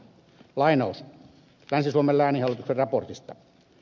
lainaus länsi suomen lääninhallituksen raportista